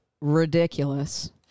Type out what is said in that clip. ridiculous